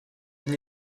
nie